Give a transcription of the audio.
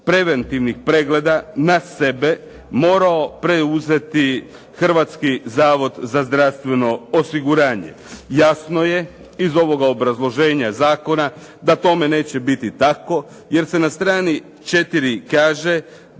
preventivnih pregleda na sebe morao preuzeti Hrvatski zavod za zdravstveno osiguranje. Jasno je iz ovoga obrazloženja zakona da tome neće biti tako jer se na stranici četiri kaže